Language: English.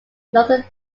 northern